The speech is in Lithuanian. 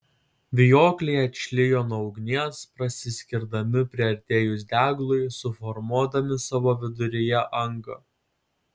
vijokliai atšlijo nuo ugnies prasiskirdami priartėjus deglui suformuodami savo viduryje angą